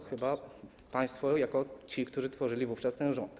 Chyba państwo jako ci, którzy tworzyli wówczas rząd.